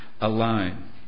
alone